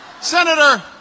Senator